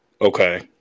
Okay